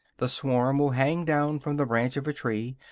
the swarm will hang down from the branch of a tree,